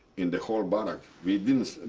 in the whole barrack. we didn't